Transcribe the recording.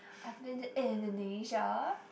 I've been to Indonesia